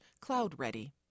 cloud-ready